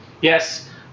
Yes